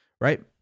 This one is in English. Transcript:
Right